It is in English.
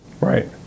Right